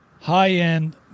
high-end